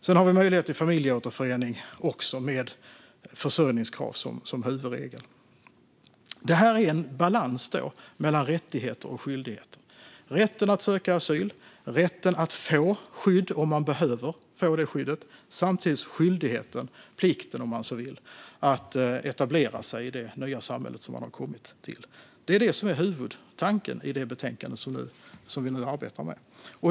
Sedan har vi möjlighet till familjeåterförening, också det med försörjningskrav som huvudregel. Detta är en balans mellan rättigheter och skyldigheter. Det handlar om rätten att söka asyl och rätten att få skydd om man behöver det och om skyldigheten - plikten, om man så vill - att etablera sig i det nya samhälle man har kommit till. Det är det som är huvudtanken i det betänkande vi nu arbetar med.